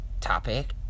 topic